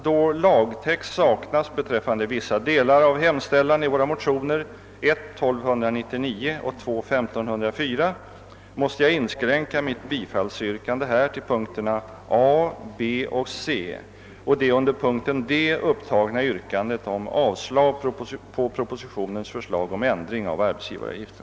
Då lagtext saknas beträffande vissa delar av hemställan i våra motioner I: 1299 och II: 1504, måste jag inskränka mitt bifallsyrkande till punkterna a, b och c och det under punkten d upptagna yrkandet om avslag på propositionens förslag om ändring av arbetsgivaravgiften.